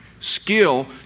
Skill